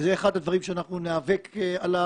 זה אחד הדברים שאנחנו ניאבק עליו.